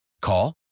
Call